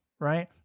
right